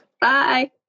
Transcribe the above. Bye